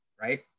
right